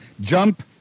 jump